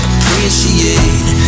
Appreciate